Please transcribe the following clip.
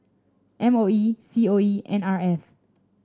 M O H C O E N R F